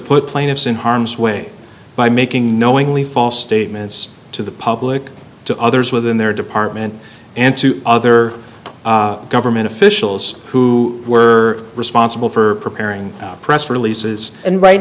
put plaintiffs in harms way by making knowingly false statements to the public to others within their department and to other government officials who were responsible for preparing our press releases and right